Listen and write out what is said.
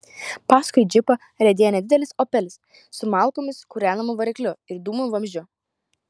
paskui džipą riedėjo nedidelis opelis su malkomis kūrenamu varikliu ir dūmų vamzdžiu